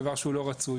דבר שהוא לא רצוי.